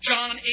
John